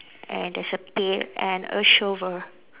and there's a pail and a shovel